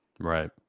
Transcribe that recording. Right